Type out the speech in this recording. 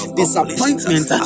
disappointment